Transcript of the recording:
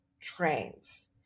Trains